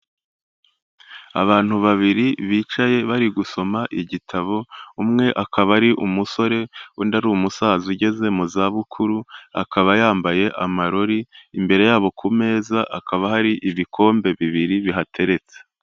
Abantu babiri bicaye bari gusoma igitabo, umwe akaba ari umusore undi ari umusaza ugeze mu zabukuru, akaba yambaye amarori, imbere yabo ku meza akaba hari ibikombe bibiri bihateretse.